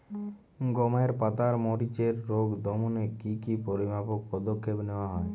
গমের পাতার মরিচের রোগ দমনে কি কি পরিমাপক পদক্ষেপ নেওয়া হয়?